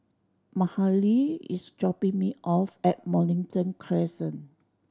Mahalie is dropping me off at Mornington Crescent